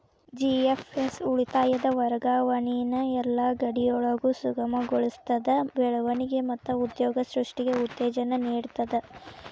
GFS ಉಳಿತಾಯದ್ ವರ್ಗಾವಣಿನ ಯೆಲ್ಲಾ ಗಡಿಯೊಳಗು ಸುಗಮಗೊಳಿಸ್ತದ, ಬೆಳವಣಿಗೆ ಮತ್ತ ಉದ್ಯೋಗ ಸೃಷ್ಟಿಗೆ ಉತ್ತೇಜನ ನೇಡ್ತದ